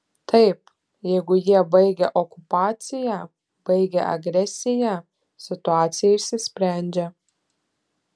taip jeigu jie baigia okupaciją baigia agresiją situacija išsisprendžia